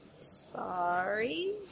Sorry